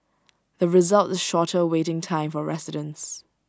the result is shorter waiting time for residents